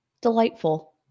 Delightful